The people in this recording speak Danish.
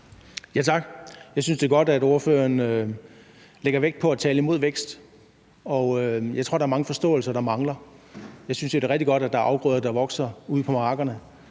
Tak. Jeg synes, det er godt, at ordføreren lægger vægt på at tale imod vækst, og jeg tror, der er mange forståelser, der mangler. Jeg synes jo, det er rigtig godt, at der er afgrøder, der vokser ude på markederne,